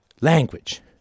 language